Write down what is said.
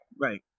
right